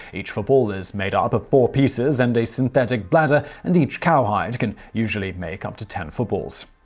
each football is made ah up of four pieces and a synthetic bladder, and each cowhide can usually make up to ten footballs.